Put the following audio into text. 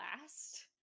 last